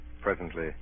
Presently